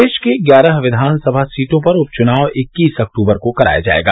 प्रदेश की ग्यारह विधानसभा सीटों पर उप चुनाव इक्कीस अक्टूबर को कराया जायेगा